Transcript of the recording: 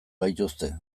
gaituzte